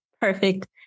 perfect